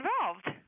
involved